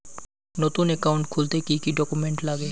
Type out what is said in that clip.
নতুন একাউন্ট খুলতে কি কি ডকুমেন্ট লাগে?